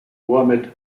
mohammed